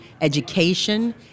education